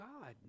God